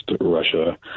Russia